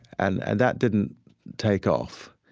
and and that didn't take off,